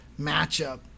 matchup